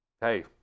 hey